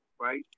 right